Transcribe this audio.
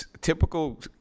typical